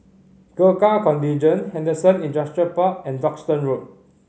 Gurkha Contingent Henderson Industrial Park and Duxton Road